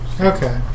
Okay